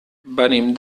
venim